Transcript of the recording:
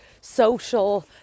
social